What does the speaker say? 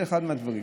זה אחד מהדברים,